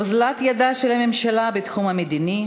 אוזלת ידה של הממשלה בתחום המדיני,